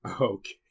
Okay